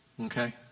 Okay